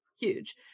huge